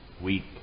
weak